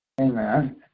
amen